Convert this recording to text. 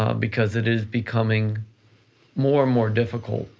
um because it is becoming more and more difficult.